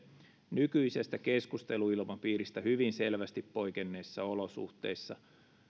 nykyisestä keskusteluilmapiiristä hyvin selvästi poikenneissa olosuhteissa